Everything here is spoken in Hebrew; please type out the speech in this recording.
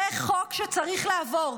זה חוק שצריך לעבור.